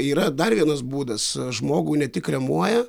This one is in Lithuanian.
yra dar vienas būdas žmogų ne tik kremuoja